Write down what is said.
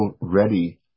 ready